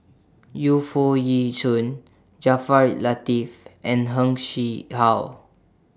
Yu Foo Yee Shoon Jaafar Latiff and Heng Chee How